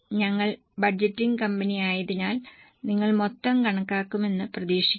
ഞങ്ങൾ ബജറ്റിംഗ് കമ്പനിയിലായതിനാൽ നിങ്ങൾ മൊത്തം കണക്കാക്കുമെന്ന് പ്രതീക്ഷിക്കുന്നു